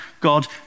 God